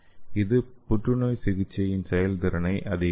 இது புற்றுநோய் சிகிச்சை செயல்திறனை அதிகரிக்கும்